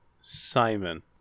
Simon